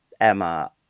Emma